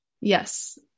Yes